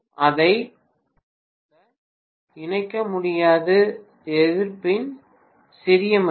அதை கூட இணைக்க முடியாது எதிர்ப்பின் சிறிய மதிப்பு